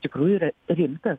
tikrųjų yra rimtas